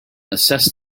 assessed